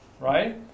right